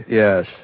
yes